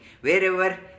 Wherever